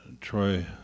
Troy